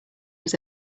was